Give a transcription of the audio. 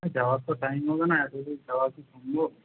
যাওয়ার তো টাইম হবে না এতদূর যাওয়া কি সম্ভব